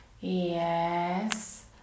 Yes